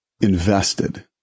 invested